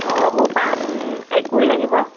অ মোৰ পাণ একুৰি লাগিব